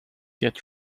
yet